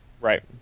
Right